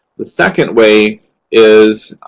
the second way is